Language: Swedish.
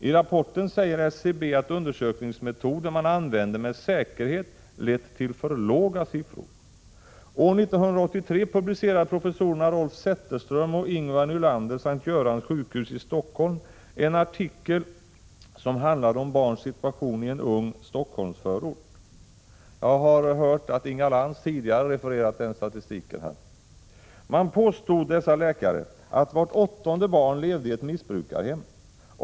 I rapporten säger SCB att undersökningsmetoden man använde med säkerhet lett till för låga siffror. År 1983 publicerade professorerna Rolf Zetterström och Ingvar Nylander, S:t Görans Sjukhus i Stockholm, en artikel som handlade om barns situation i en ung Stockholmsförort. Inga Lantz refererade till den tidigare här. Dessa läkare påstod att vart åttonde barn levde i ett missbrukarhem.